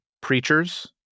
preachers